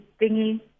thingy